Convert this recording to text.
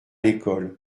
l’école